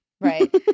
Right